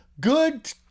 good